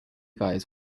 guys